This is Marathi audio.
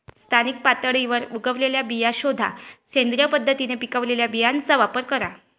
स्थानिक पातळीवर उगवलेल्या बिया शोधा, सेंद्रिय पद्धतीने पिकवलेल्या बियांचा वापर करा